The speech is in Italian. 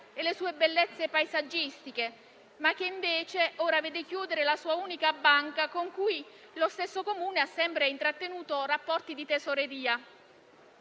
e le sue bellezze paesaggistiche, ma che invece vede ora chiudere la sua unica banca con cui lo stesso Comune ha sempre intrattenuto rapporti di tesoreria.